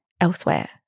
elsewhere